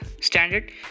standard